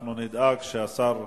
כן, אנחנו נדאג שהשר,